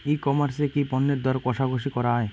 ই commerce এ কি পণ্যের দর কশাকশি করা য়ায়?